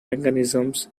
mechanisms